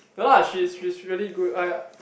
no lah she's she's really good I